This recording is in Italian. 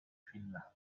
finlandia